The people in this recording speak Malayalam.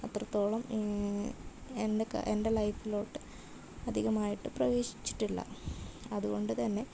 അത്രത്തോളം എന്റെ ക് എൻ്റെ ലൈഫിലോട്ട് അധികമായിട്ട് പ്രവേശിച്ചിട്ടില്ല അതുകൊണ്ടുതന്നെ